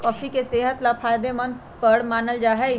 coffee के सेहत ला फायदेमंद पर मानल जाहई